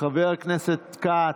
חבר הכנסת כץ.